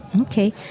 Okay